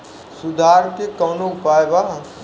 सुधार के कौनोउपाय वा?